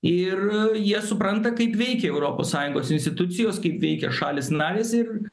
ir jie supranta kaip veikia europos sąjungos institucijos kaip veikia šalys narės ir